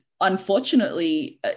unfortunately